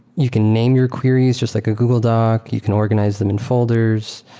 you can name your queries just like a google doc. you can organize them in folders.